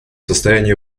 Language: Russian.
состоянии